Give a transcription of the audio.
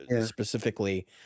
specifically